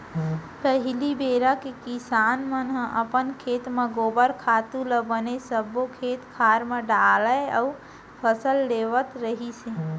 पहिली बेरा के किसान मन ह अपन खेत म गोबर खातू ल बने सब्बो खेत खार म डालय अउ फसल लेवत रिहिस हे